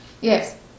Yes